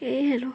এইয়ে আৰু